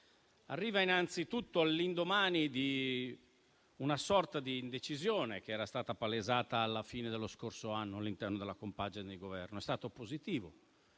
arriva innanzitutto all'indomani di una sorta di indecisione, che era stata palesata alla fine dello scorso anno all'interno della compagine di Governo. È stato positivo